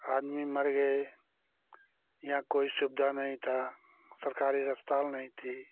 आदमी मर गए हियाँ कोई सुविधा नहीं था सरकारी अस्पताल नहीं थी